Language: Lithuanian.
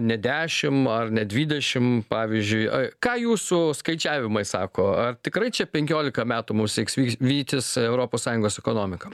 ne dešimt ar ne dvidešimt pavyzdžiui ką jūsų skaičiavimais sako ar tikrai čia penkiolika metų mus seks vy vytis europos sąjungos ekonomiką